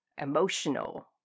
emotional